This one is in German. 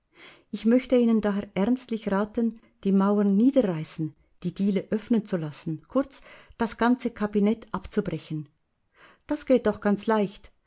ich möchte ihnen daher ernstlich raten die mauern niederreißen die dielen öffnen zu lassen kurz das ganze kabinett abzubrechen das geht auch ganz leicht